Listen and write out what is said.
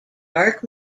dark